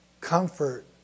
comfort